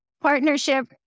partnership